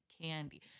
candy